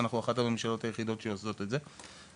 ואנחנו אחת הממשלות היחידות שעושות את זה.